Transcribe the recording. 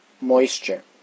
moisture